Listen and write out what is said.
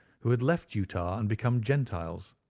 who had left utah and become gentiles.